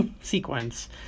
sequence